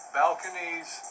balconies